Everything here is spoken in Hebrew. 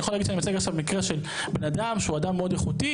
אני יכול להגיד שאני מייצג עכשיו מקרה של בן אדם שהוא אדם מאוד איכותי.